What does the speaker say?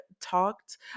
talked